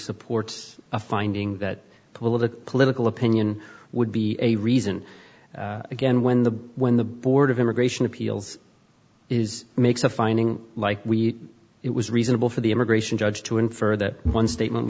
supports a finding that pull of the political opinion would be a reason again when the when the board of immigration appeals is makes a finding like we it was reasonable for the immigration judge to infer that one statement